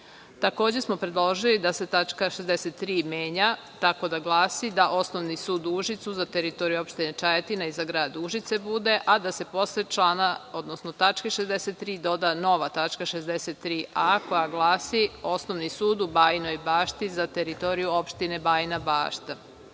Inđija. Takođe smo predložili da se tačka 63. menja tako da glasi da Osnovni sud u Užicu za teritoriju opštine Čajetina i za grad Užice bude, a da se posle člana, odnosno tačke 63. doda nova tačka 63a koja glasi – Osnovni sud u Bajinoj Bašti za teritoriju opštine Bajina Bašta. Ovim